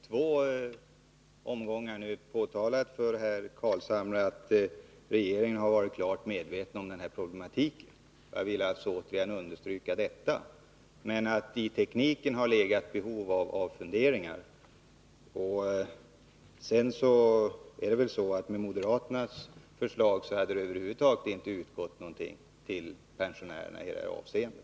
Herr talman! Jag har i två omgångar påtalat för herr Carlshamre att regeringen varit klart medveten om problemen. Jag vill alltså återigen understryka det. Men vi har haft behov av funderingar kring tekniken för att lösa dem. Enligt moderaternas förslag hade det över huvud taget inte utgått någonting till pensionärerna i det här avseendet.